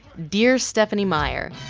dear stephenie meyer,